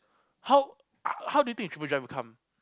how how do you think the triple drive will come